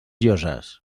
llosses